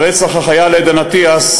רצח החייל עדן אטיאס,